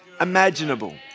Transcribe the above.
imaginable